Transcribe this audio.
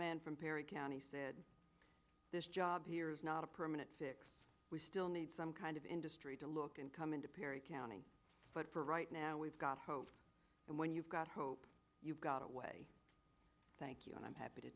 man from perry county said this job here is not a permanent fix we still need some kind of industry to look income into perry county but for right now we've got hope and when you've got hope you've got a way thank you and i'm happy to